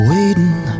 Waiting